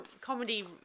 Comedy